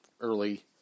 early